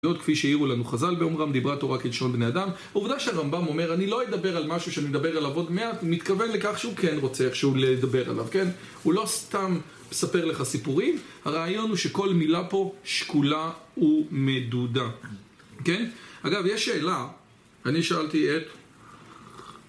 ועוד כפי שהעירו לנו חז"ל באומרם, דיברה תורה כלשון בני אדם, העובדה שהרמב״ם אומר: "אני לא אדבר על משהו שאני אדבר עליו עוד מעט", הוא מתכוון לכך שהוא כן רוצה איכשהו לדבר עליו, כן? הוא לא סתם מספר לך סיפורים. הרעיון הוא שכל מילה פה שקולה ומדודה, כן? אגב, יש שאלה, אני שאלתי את...